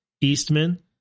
Eastman